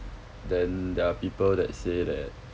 then there are people that say that